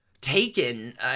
taken